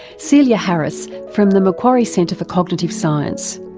celia harris from the macquarie centre for cognitive science.